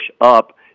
up